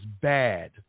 bad